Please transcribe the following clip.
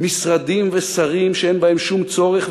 משרדים ושרים שאין בהם שום צורך,